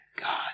God